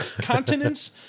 Continents